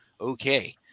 Okay